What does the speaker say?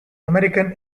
american